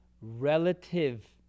relative